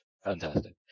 fantastic